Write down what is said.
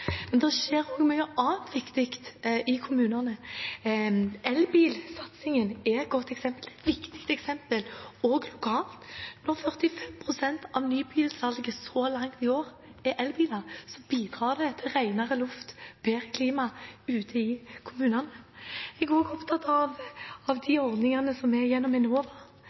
skjer også mye annet viktig i kommunene. Elbilsatsingen er et godt eksempel. Det er et viktig eksempel også lokalt. Når 45 pst. av nybilsalget så langt i år er elbiler, bidrar det til renere luft og bedre klima ute i kommunene. Jeg er også opptatt av de støtteordningene som er gjennom